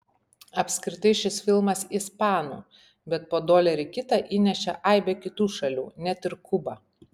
apskritai šis filmas ispanų bet po dolerį kitą įnešė aibė kitų šalių net ir kuba